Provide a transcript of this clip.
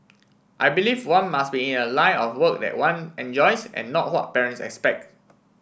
I believe one must be in a line of work that one enjoys and not what parents expect